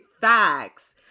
facts